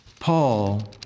Paul